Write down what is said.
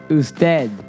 usted